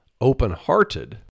open-hearted